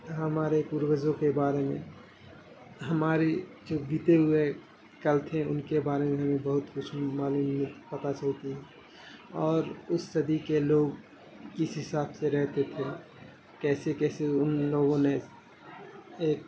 ہمارے پوروجوں کے بارے میں ہماری جو بیتے ہوئے کل تھے ان کے بارے میں ہمیں بہت کچھ معلوم پتا چلتی ہے اور اس صدی کے لوگ کس حساب سے رہتے تھے کیسے کیسے ان لوگوں نے ایک